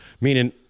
meaning